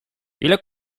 ile